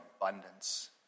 abundance